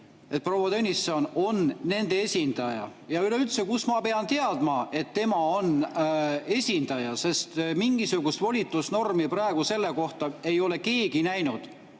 et proua Tõnisson on nende esindaja? Üleüldse, kust ma pean teadma, et tema on esindaja? Mingisugust volitusnormi selle kohta ei ole keegi näinud.